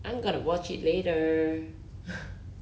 I'm going to watch it later